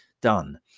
done